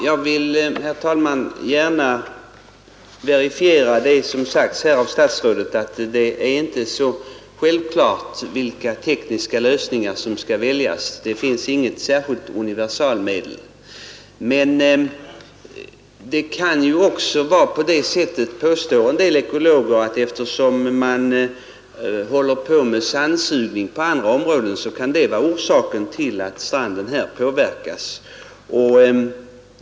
Herr talman! Jag vill gärna verifiera statsrådets uttalande att det inte är så självklart vilka tekniska lösningar som skall väljas. Det finns inget särskilt universalmedel. Beträffande frågan om att rubba balansen i naturen må påpekas att det kan också enligt en del ekologer vara på det sättet att stranden här påverkas av sandsugning som man håller på med på andra ställen.